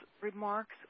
remarks